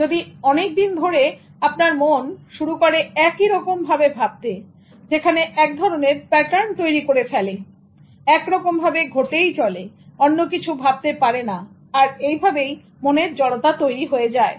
যদি অনেকদিন ধরে আপনার মন শুরু করে একইরকম ভাবে ভাবতে যেখানে এক ধরনের প্যাটার্ন তৈরী করে ফেলে এবং একরকম ভাবে ঘটেই চলেঅন্য কিছু ভাবতে পারে না আর এই ভাবেই জড়তা তৈরি হয়ে যায়